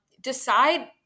decide